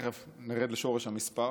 תכף נרד לשורש המספר,